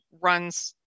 runs